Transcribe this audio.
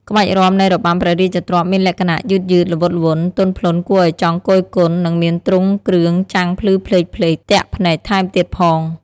ក្បាច់រាំនៃរបាំព្រះរាជទ្រព្យមានលក្ខណៈ យឺតៗ ល្វត់ល្វន់ ទន់ភ្លន់គួរឱ្យចង់គយគន់ និងមានទ្រង់គ្រឿងចាំងភ្លឺផ្លេកៗទាក់ភ្នែកថែមទៀតផង។